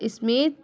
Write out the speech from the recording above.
smith